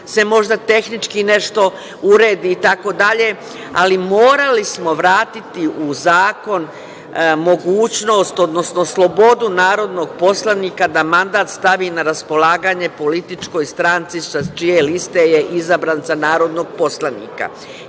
se možda tehnički nešto uredi itd, ali morali smo vratiti u zakon mogućnost, odnosno slobodu narodnog poslanika da mandat stavi na raspolaganje političkoj stranci sa čije liste je izabran za narodnog poslanika. Ja